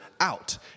out